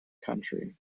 country